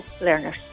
learners